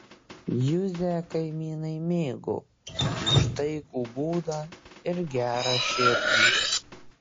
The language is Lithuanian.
juzę kaimynai mėgo už taikų būdą ir gerą širdį